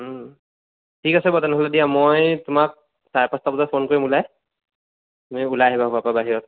ঠিক আছে বাৰু তেনেহ'লে দিয়া মই তোমাক চাৰে পাঁচটা বজাত ফোন কৰিম ওলাই তুমি ওলাই আহিবা ঘৰৰ পৰা বাহিৰত